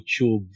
YouTube